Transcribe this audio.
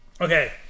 Okay